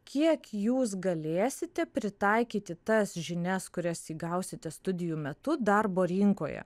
kiek jūs galėsite pritaikyti tas žinias kurias įgausite studijų metu darbo rinkoje